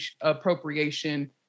appropriation